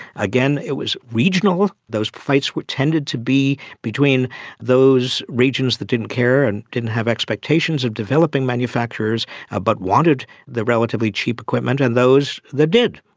again, it was regional. those fights tended to be between those regions that didn't care and didn't have expectations of developing manufacturers ah but wanted the relatively cheap equipment, and those that did.